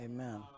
Amen